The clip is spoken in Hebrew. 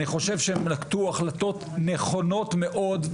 אני חושב שהם נקטו החלטות נכונות מאוד,